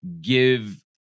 give